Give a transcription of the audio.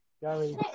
Gary